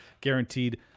guaranteed